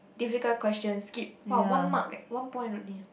difficult question skip !wah! one mark leh one point only